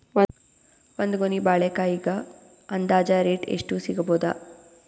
ಒಂದ್ ಗೊನಿ ಬಾಳೆಕಾಯಿಗ ಅಂದಾಜ ರೇಟ್ ಎಷ್ಟು ಸಿಗಬೋದ?